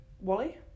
Wally